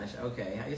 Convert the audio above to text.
Okay